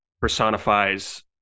personifies